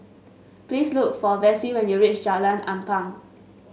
please look for Vessie when you reach Jalan Ampang